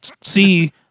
see